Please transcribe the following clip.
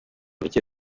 micye